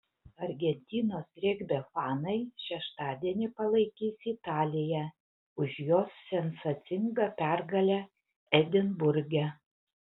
argentinos regbio fanai šeštadienį palaikys italiją už jos sensacingą pergalę edinburge